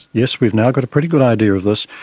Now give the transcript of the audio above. yes, we've now got a pretty good idea of this.